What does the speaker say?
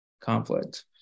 conflict